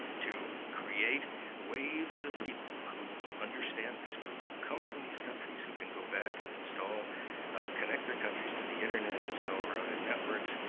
to create waves of people who understand this, who come from these countries, who can go back and install connect their countries to the internet, install router networks,